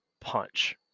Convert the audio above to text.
punch